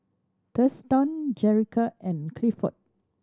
Thurston Jerica and Clifford